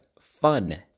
fun